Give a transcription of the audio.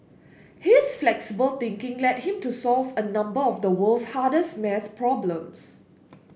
his flexible thinking led him to solve a number of the world's hardest maths problems